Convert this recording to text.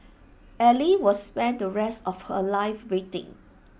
ally will spend the rest of her life waiting